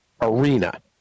arena